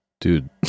Dude